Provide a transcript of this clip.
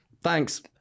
Thanks